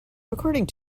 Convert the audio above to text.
according